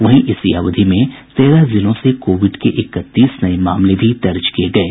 पिछले चौबीस घंटों में तेरह जिलों से कोविड के इकतीस नये मामले भी दर्ज किये गये